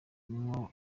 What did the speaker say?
burimo